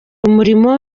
umurimo